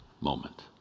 moment